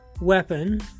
weapon